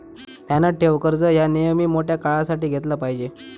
ध्यानात ठेव, कर्ज ह्या नेयमी मोठ्या काळासाठी घेतला पायजे